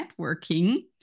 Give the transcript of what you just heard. networking